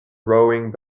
rowing